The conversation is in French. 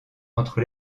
entre